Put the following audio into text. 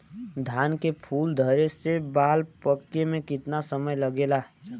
धान के फूल धरे से बाल पाके में कितना समय लागेला?